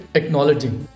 acknowledging